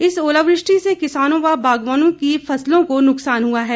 इस ओलावृष्टि से किसानों व बागबानों की फसलों को नुकसान हुआ है